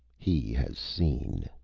he has seen.